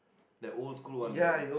that old school one man